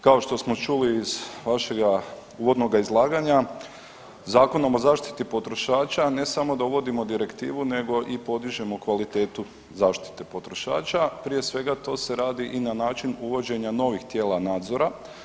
Kao što smo čuli iz vašega uvodnoga izlaganja Zakonom o zaštiti potrošača ne samo da uvodimo direktivu nego i podižemo kvalitetu zaštite potrošača, prije svega to se radi i na način uvođenja novih tijela nadzora.